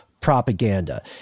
propaganda